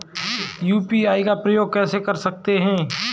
UPI का उपयोग कैसे कर सकते हैं?